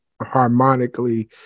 Harmonically